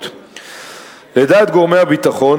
לדעת גורמי הביטחון,